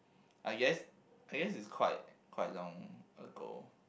I guess I guess is quite quite long ago